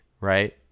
right